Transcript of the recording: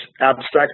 abstract